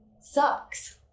sucks